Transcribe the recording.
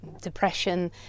depression